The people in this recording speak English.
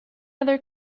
other